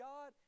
God